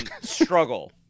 struggle